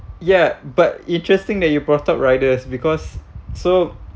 ya but interesting that you brought up riders because so